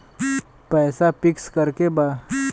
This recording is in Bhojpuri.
पैसा पिक्स करके बा?